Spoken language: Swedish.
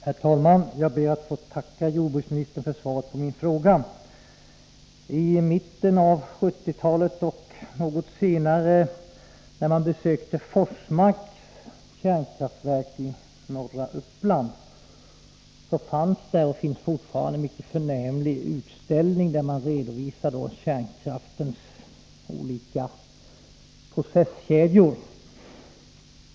Herr talman! Jag ber att få tacka jordbruksministern för svaret på min fråga. När man i mitten av 1970-talet besökte Forsmarks kärnkraftverk i norra Uppland kunde man där se en mycket förnämlig utställning. Utställningen, som fortfarande finns kvar, visar kärnkraftens olika processkedjor.